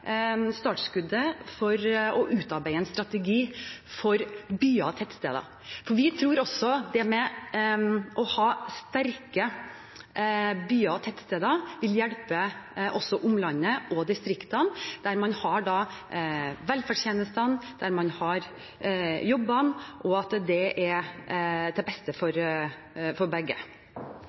startskuddet for å utarbeide en strategi for byer og tettsteder. Vi tror at det å ha sterke byer og tettsteder vil hjelpe også omlandet og distriktene, der man har velferdstjenestene, der man har jobbene, og at det er til det beste for begge.